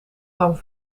bang